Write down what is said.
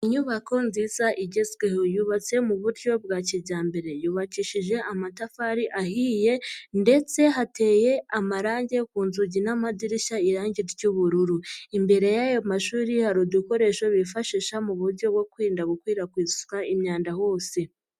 Inyubako nziza igezweho. Yubatse mu buryo bwa kijyambere. Yubakishije amatafari ahiye ndetse hateye amarange ku nzugi n'amadirishya irangi ry'ubururu. Imbere y'ayo mashuri hari udukoresho bifashisha mu buryo bwo kwirinda gukwirakwiza imyanda hose.